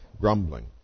grumbling